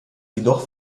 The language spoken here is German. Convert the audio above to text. jedoch